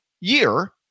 year